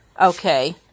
Okay